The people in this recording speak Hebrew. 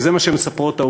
כי זה מה שמספרות העובדות: